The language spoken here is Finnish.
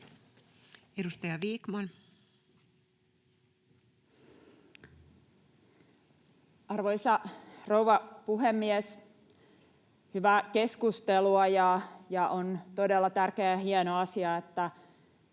Content: Arvoisa rouva puhemies! Hyvää keskustelua, ja on todella tärkeä, hieno asia, että